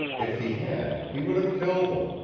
if he had, he would have killed them.